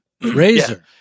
Razor